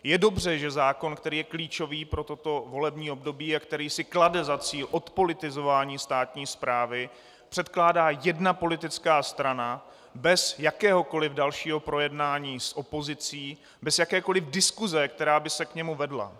Je dobře, že zákon, který je klíčový pro toto volební období a který si klade za cíl odpolitizování státní správy, předkládá jedna politická strana bez jakéhokoliv dalšího projednání s opozicí, bez jakékoliv diskuse, která by se k němu vedla?